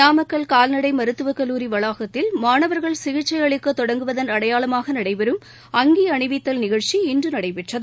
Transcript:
நாமக்கல் கால்நடை மருத்துவக் கல்லூரி வளாகத்தில் மாணவர்கள் சிகிச்சை அளிக்க தொடங்குவதன் அடையாளமாக நடைபெறும் அங்கி அணிவித்தல் நிகழ்ச்சி இன்று நடைபெற்றது